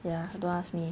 ya don't ask me